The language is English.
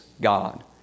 God